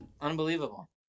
Unbelievable